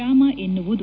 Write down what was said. ರಾಮ ಎನ್ನುವುದು